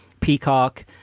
Peacock